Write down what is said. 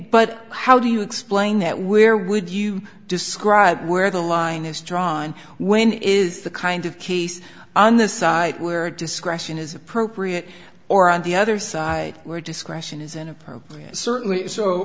but how do you explain that we're would you describe where the line is drawn when it is the kind of case on the side where discretion is appropriate or on the other side where discretion is an appropriate certainly so